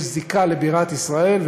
יש זיקה לבירת ישראל,